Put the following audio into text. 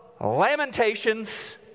Lamentations